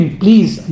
please